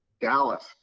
Dallas